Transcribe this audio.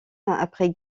après